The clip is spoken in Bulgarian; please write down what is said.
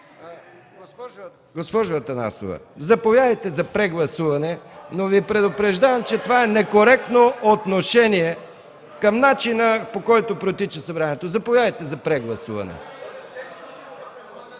Госпожо Атанасова, заповядайте за прегласуване, но Ви предупреждавам, че това е некоректно отношение към начина, по който протича Събранието. Заповядайте за прегласуване.